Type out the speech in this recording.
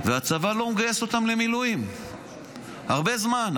והצבא לא מגייס אותם למילואים הרבה זמן,